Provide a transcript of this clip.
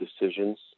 decisions